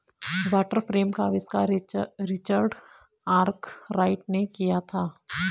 water frame का आविष्कार Richard Arkwright ने किया था